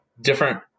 different